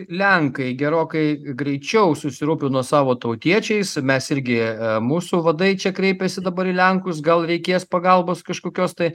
lenkai gerokai greičiau susirūpino savo tautiečiais mes irgi mūsų vadai čia kreipėsi dabar į lenkus gal reikės pagalbos kažkokios tai